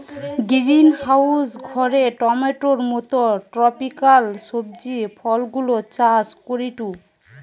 greenhouse ঘরে টমেটোর মত ট্রপিকাল সবজি ফলগুলা চাষ করিটু